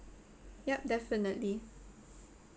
yup definitely